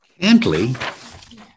Cantley